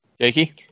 Jakey